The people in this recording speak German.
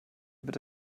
bitte